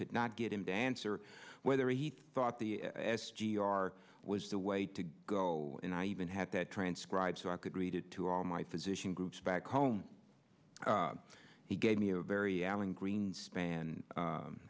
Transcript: could not get him to answer whether he thought the g r was the way to go and i even had to transcribe so i could read it to all my physician groups back home he gave me a very alan greenspan